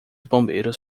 bombeiros